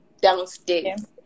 downstairs